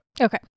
Okay